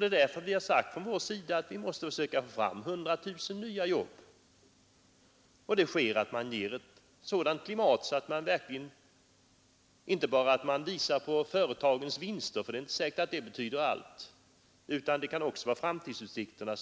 Det är därför vi har sagt att vi måste försöka få fram 100 000 nya jobb. Det sker genom att man skapar ett sysselsättningsvänligare klimat. Man visar på företagens vinster, men det är inte säkert att de betyder allt. Företagen måste också få en gynnsam uppfattning om framtidsutsikterna,